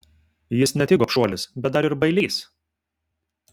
jis ne tik gobšuolis bet dar ir bailys